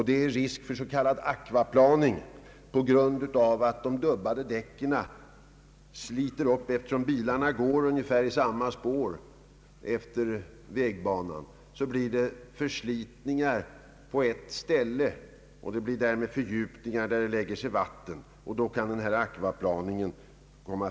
Det blir risk för s.k. aquaplaning genom att de dubbade däcken sliter upp vägbanan på grund av att bilarna går i ungefär samma spår. Det blir därmed förslitningar och fördjupningar där vatten lägger sig. Då kan »aquaplaning» uppträda.